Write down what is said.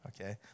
okay